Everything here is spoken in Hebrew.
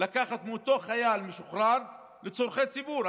לקחת מאותו חייל משוחרר לצורכי ציבור,